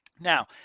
Now